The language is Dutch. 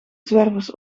zwervers